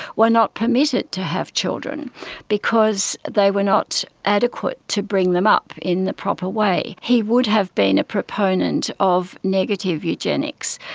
were not permitted to have children because they were not adequate to bring them up in the proper way. he would have been a proponent of negative eugenics,